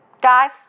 Guys